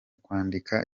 kwandika